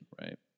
right